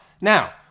Now